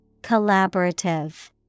Collaborative